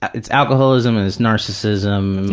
it's alcoholism and it's narcissism,